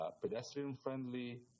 pedestrian-friendly